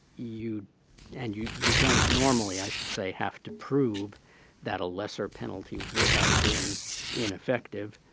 you and you you don't normally, i should say, have to prove that a lesser penalty would have been ineffective,